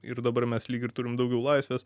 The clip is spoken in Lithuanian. ir dabar mes lyg ir turim daugiau laisvės